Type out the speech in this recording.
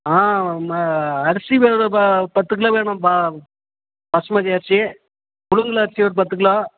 ஆ அரிசி வேணுமேப்பா பத்து கிலோ வேணும்ப்பா பாசுமதி அரிசி புலுங்கலரிசி ஒரு பத்து கிலோ